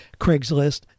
Craigslist